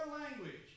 language